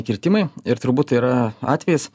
kirtimai ir turbūt tai yra atvejis